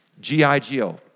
G-I-G-O